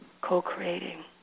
co-creating